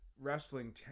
wrestling